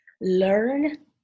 learn